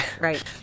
Right